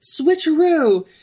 switcheroo